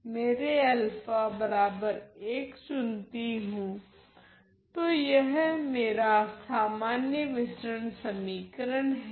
So this is my regular diffusion equation Then my Greens function is तो यह मेरा सामान्य विसरण समीकरण हैं